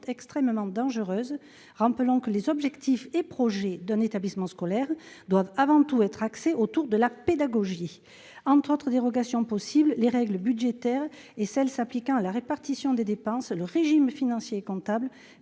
extrêmement dangereuses. Rappelons que les objectifs et projets d'un établissement scolaire doivent avant tout être axés autour de la pédagogie. Entre autres dérogations possibles, certaines pourront porter sur les règles budgétaires et sur celles qui s'appliquent à la répartition des dépenses, ainsi que sur le régime financier et comptable,